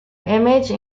image